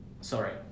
Sorry